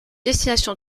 destination